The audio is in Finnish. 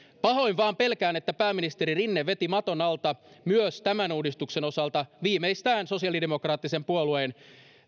pahoin vain pelkään että pääministeri rinne veti maton alta myös tämän uudistuksen osalta viimeistään sosiaalidemokraattisen puolueen